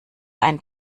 einen